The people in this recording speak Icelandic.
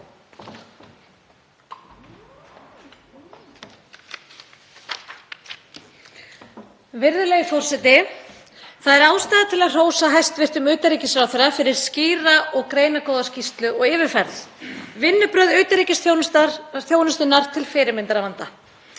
Virðulegi forseti. Það er ástæða til að hrósa hæstv. utanríkisráðherra fyrir skýra og greinargóða skýrslu og yfirferð. Vinnubrögð utanríkisþjónustunnar eru til fyrirmyndar að vanda.